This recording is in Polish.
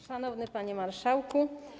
Szanowny Panie Marszałku!